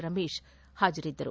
ರಮೇಶ್ ಹಾಜರಿದ್ದರು